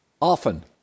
Often